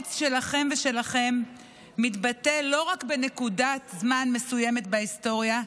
האומץ שלכם ושלכן מתבטא לא רק בנקודת זמן מסוימת בהיסטוריה,